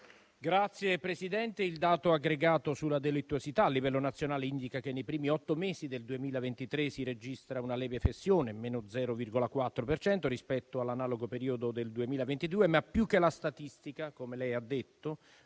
Signor Presidente, il dato aggregato sulla delittuosità a livello nazionale indica che nei primi otto mesi del 2023 si registra una lieve flessione, - 0,4 per cento, rispetto all'analogo periodo del 2022, ma più che la statistica, come lei ha detto,